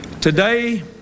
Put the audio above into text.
Today